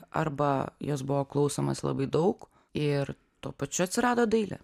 arba jos buvo klausomasi labai daug ir tuo pačiu atsirado dailė